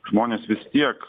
žmonės vis tiek